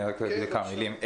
אני רק אוסיף כמה מילים -- כן,